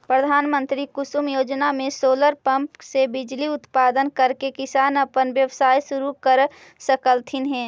प्रधानमंत्री कुसुम योजना में सोलर पंप से बिजली उत्पादन करके किसान अपन व्यवसाय शुरू कर सकलथीन हे